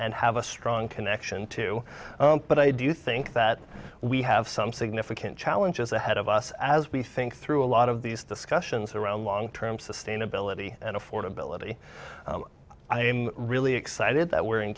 and have a strong connection to but i do think that we have some significant challenges ahead of us as we think through a lot of these discussions around long term sustainability and affordability i am really excited that we're